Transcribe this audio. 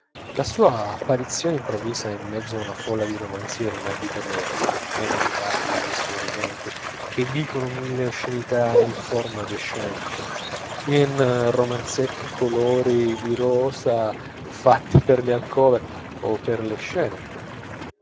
la sua apparizione improvvisa in mezzo a una folla di romanzieri in abito nero ben educati e sorridenti che dicono mille oscenità in forma decente in romanzetti color di rosa fatti per le alcove e per le scene